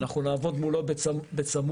אנחנו נעבוד מולו בצמוד,